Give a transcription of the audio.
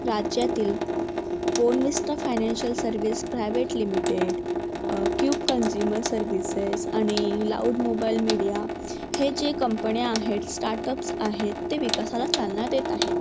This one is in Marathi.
राज्यातील Bonvista financial service private limited Cube consumer services आणि लाऊड मोबाईल मीडिया हे जे कंपण्या आहेत स्टार्टअप्स आहेत ते विकासाला चालना देत आहेत